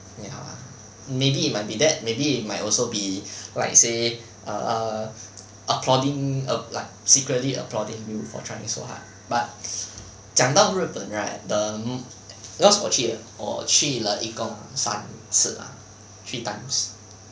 还好 lah maybe it might be that maybe it might also be like say err applauding err like secretly applauding for trying so hard but 讲到日本 right the um because 我去了我去了一共三次 lah three times